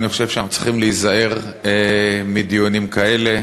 אני חושב שאנחנו צריכים להיזהר מדיונים כאלה,